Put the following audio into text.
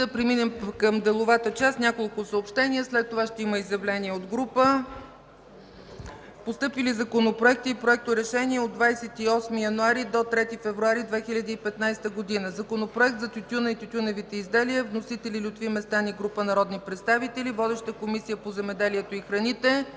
преминем към деловата част – няколко съобщения, а след това ще има изявление от група. Постъпили законопроекти и проекторешения от 28 януари до 3 февруари 2015 г.: - Законопроект за тютюна и тютюневите изделия. Вносители – Лютви Местан и група народни представители. Водеща е Комисията по земеделието и храните.